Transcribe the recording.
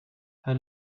her